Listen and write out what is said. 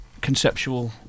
conceptual